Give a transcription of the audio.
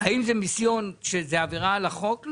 האם זה מיסיון שזאת עבירה על החוק?